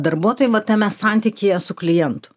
darbuotojui vat tame santykyje su klientu